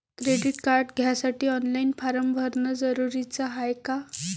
Credit card घ्यासाठी online form भरन जरुरीच हाय का?